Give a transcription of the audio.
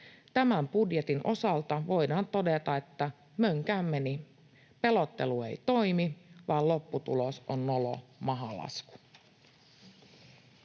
Tämän budjetin osalta voidaan todeta, että mönkään meni. Pelottelu ei toimi, vaan lopputulos on nolo mahalasku.